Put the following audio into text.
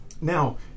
now